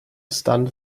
stand